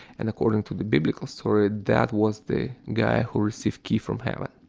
and according to the biblical story, that was the guy who received key from heaven.